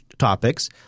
topics